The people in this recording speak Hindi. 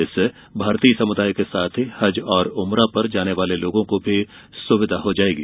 इससे भारतीय समुदाय के साथ ही हज और उमरा पर जाने वाले लोगों को भी सुविधा हो जाएगी